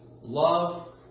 love